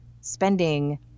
spending